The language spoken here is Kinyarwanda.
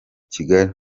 kigali